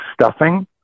stuffing